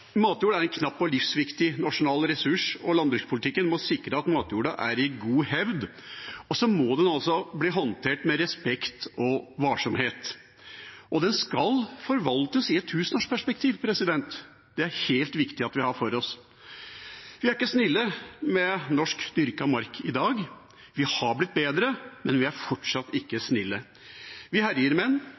Matjord er en knapp og livsviktig nasjonal ressurs, og landbrukspolitikken må sikre at matjorda er i god hevd. Den må bli håndtert med respekt og varsomhet. Den skal forvaltes i et tusenårsperspektiv. Det er det viktig at vi har for oss. Vi er ikke snille med norsk dyrket mark i dag. Vi har blitt bedre, men vi er fortsatt ikke snille. Vi herjer